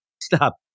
Stop